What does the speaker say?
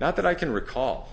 not that i can recall